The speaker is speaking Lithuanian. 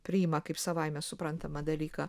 priima kaip savaime suprantamą dalyką